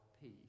peace